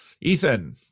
ethan